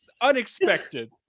unexpected